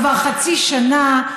כבר חצי שנה,